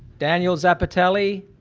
daniel zapitelli